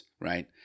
right